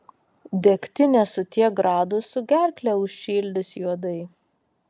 degtinė su tiek gradusų gerklę užšildys juodai